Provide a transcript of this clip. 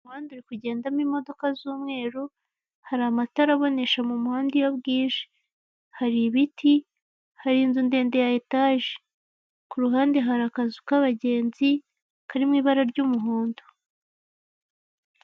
Umuhanda uri kungedamo imodoka z'umweru hari amatara abonesha mu muhanda iyo bwije, hari ibiti, hari inzu ndende ya etaje, ku ruhande hari akazu k'abagenzi kari mu ibara ry'umuhondo.